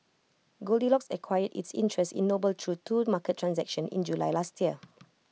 goldilocks acquired its interest in noble through two market transactions in July last year